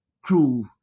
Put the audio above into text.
crew